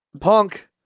Punk